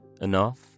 enough